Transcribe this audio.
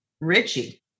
Richie